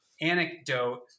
anecdote